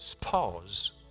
pause